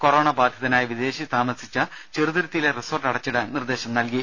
corona ബാധിതനായ വിദേശി താമസിച്ച ചെറുതുരുത്തിയിലെ റിസോർട്ട് അടച്ചിടാൻ നിർദ്ദേശം നൽകി